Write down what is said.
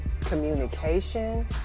communication